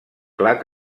clar